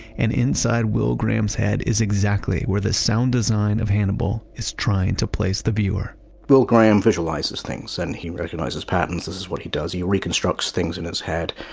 and inside will graham's head is exactly where the sound design of hannibal is trying to place the viewer will graham visualizes things, and he recognizes patterns. this is what he does. he reconstructs things in his head.